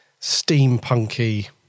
steampunky